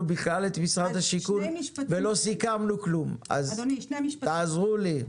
בכלל את משרד השיכון ולא סיכמנו כלום אז תעזרו לי.